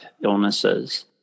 illnesses